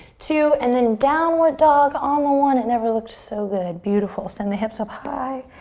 two, and then downward dog on the one. it never looked so good. beautiful. send the hips up high.